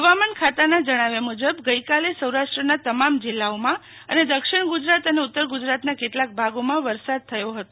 હવામાન ખાતાના જણાવ્યા મુજબ ગઈકાલે સૌરાષ્ટ્રના તમામ જિલ્લાઓમાં અને દક્ષિણ ગુજરાત અને ઉત્તર ગુજરાતના કેટલાક ભાગોમાં વરસાદ થયો હતો